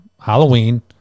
Halloween